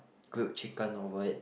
grilled chicken over it